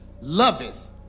loveth